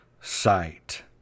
sight